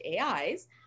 AIs